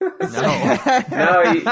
No